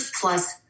plus